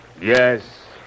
Yes